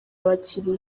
abakiliya